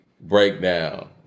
breakdown